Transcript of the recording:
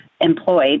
employed